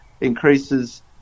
increases